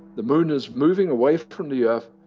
the moon is moving away from the earth,